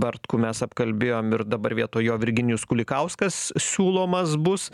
bartkų mes apkalbėjom ir dabar vietoj jo virginijus kulikauskas siūlomas bus